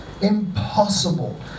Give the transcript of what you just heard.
impossible